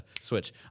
switch